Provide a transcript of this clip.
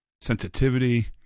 sensitivity